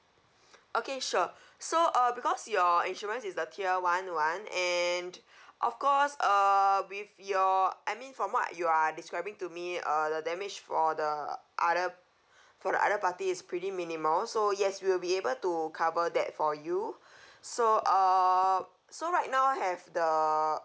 okay sure so uh because your insurance is the tier one one and of course uh with your I mean from what you are describing to me uh the damage for the other for the other party is pretty minimal so yes we'll be able to cover that for you so uh so right now I have the